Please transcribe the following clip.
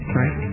right